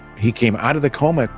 he came out of the coma,